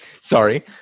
Sorry